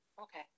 okay